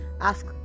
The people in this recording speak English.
ask